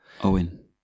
Owen